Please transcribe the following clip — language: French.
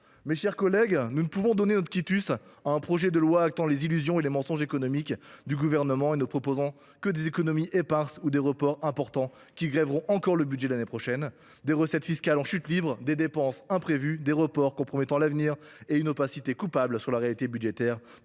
Mes chers collègues, nous ne saurions donner quitus au Gouvernement : par ce projet de loi qui acte ses illusions et ses mensonges économiques, il ne propose que des économies éparses ou des reports importants qui grèveront le budget de l’année prochaine. Des recettes fiscales en chute libre, des dépenses imprévues, des reports compromettant l’avenir et une opacité coupable quant à la réalité budgétaire